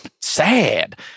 sad